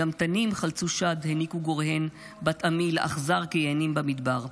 "גם תנים חלצו שד היניקו גוריהן בת-עמי לאכזר כיענים במדבר".